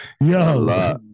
Yo